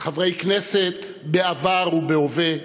חברי כנסת בעבר ובהווה,